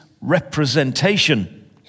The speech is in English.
representation